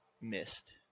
missed